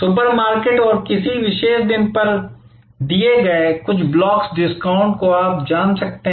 super market और किसी विशेष दिन पर दिए गए कुछ ब्लॉक्स डिस्काउंट को आप जान सकते हैं